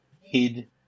hid